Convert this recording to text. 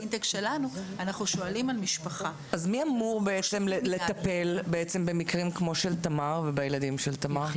אז מי אמור לטפל במקרים כמו של תמר ובילדים של תמר?